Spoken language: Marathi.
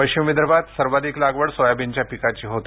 पश्चिम विदर्भात सर्वाधिक लागवड सोयाबीनच्या पिकाची होते